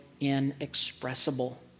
inexpressible